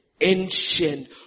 ancient